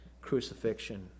crucifixion